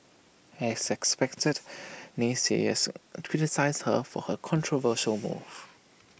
as expected naysayers criticised her for her controversial move